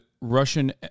Russian